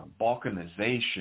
balkanization